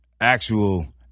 actual